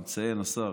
מציין השר,